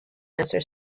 answer